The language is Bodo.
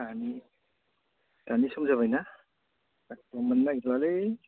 दानि दानि सम जाबायना साख्रिखौ मोननो नागेरला लै